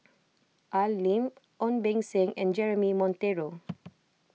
Al Lim Ong Beng Seng and Jeremy Monteiro